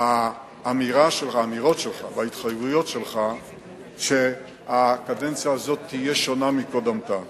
האמירות שלך וההתחייבויות שלך שהקדנציה הזאת תהיה שונה מקודמתה.